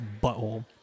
butthole